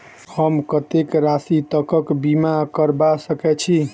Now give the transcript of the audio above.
हम कत्तेक राशि तकक बीमा करबा सकै छी?